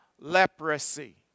leprosy